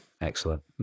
Excellent